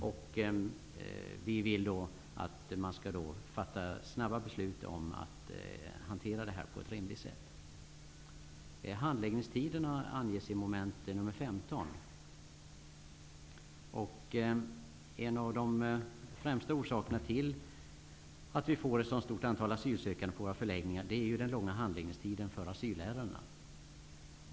Ny demokrati vill att beslut skall fattas snabbt och att situationen hanteras på ett rimligt sätt. I mom. 15 anges handläggningstiderna. En av de främsta orsakerna till att vi i Sverige får ett så stort antal asylsökande på våra förläggningar beror på den långa handläggningstiderna för asylärendena.